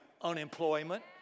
unemployment